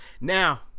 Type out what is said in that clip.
Now